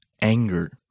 Anger